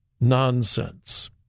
nonsense